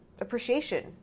appreciation